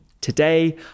Today